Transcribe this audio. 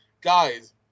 guys